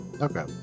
Okay